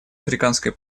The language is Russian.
африканской